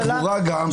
קבורה גם,